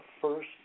first